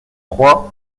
trois